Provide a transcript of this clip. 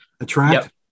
attract